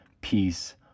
peace